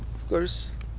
of course